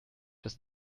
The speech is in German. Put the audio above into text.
bis